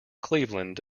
cleveland